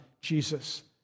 Jesus